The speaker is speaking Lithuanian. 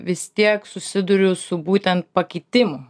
vis tiek susiduriu su būtent pakitimu